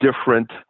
different